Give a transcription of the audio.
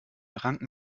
ranken